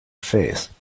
faith